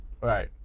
Right